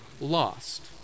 lost